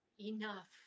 enough